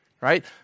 right